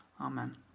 Amen